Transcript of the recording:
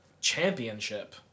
championship